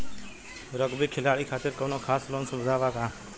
Rugby खिलाड़ी खातिर कौनो खास लोन सुविधा बा का?